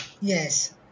Yes